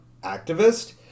activist